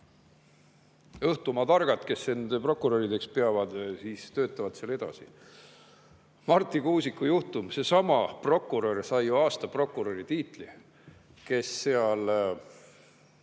õhtumaa targad, kes end prokurörideks peavad, töötavad seal edasi. Marti Kuusiku juhtum. Seesama prokurör sai aasta prokuröri tiitli, kes tegeles